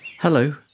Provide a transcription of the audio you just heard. Hello